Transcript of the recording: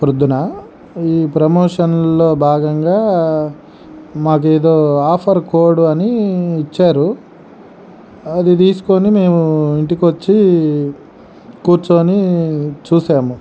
ప్రొద్దున ఈ ప్రమోషన్లో భాగంగా మాకు ఏదో ఆఫర్ కోడ్ అని ఇచ్చారు అది తీసుకొని మేము ఇంటికొచ్చి కూర్చొనీ చూసాము